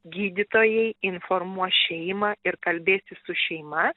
gydytojai informuos šeimą ir kalbėsis su šeima